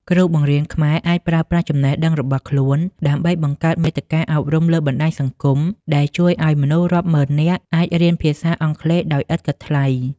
គ្រូបង្រៀនខ្មែរអាចប្រើប្រាស់ចំណេះដឹងរបស់ខ្លួនដើម្បីបង្កើតមាតិកាអប់រំលើបណ្តាញសង្គម ដែលជួយឱ្យមនុស្សរាប់ម៉ឺននាក់អាចរៀនភាសាអង់គ្លេសដោយឥតគិតថ្លៃ។